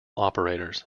operators